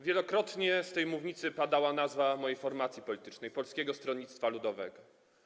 Wielokrotnie z tej mównicy padała nazwa mojej formacji politycznej, Polskiego Stronnictwa Ludowego.